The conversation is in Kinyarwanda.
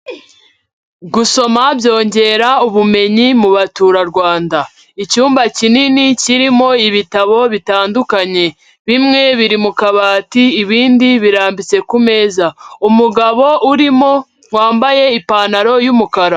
Gusoma byongera ubumenyi mu baturarwanda, icyumba kinini kirimo ibitabo bitandukanye bimwe biri mu kabati ibindi birambitse ku meza, umugabo urimo wambaye ipantaro y'umukara.